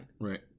Right